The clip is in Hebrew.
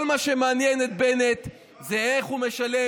כל מה שמעניין את בנט זה איך הוא משלם,